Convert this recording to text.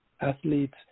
athletes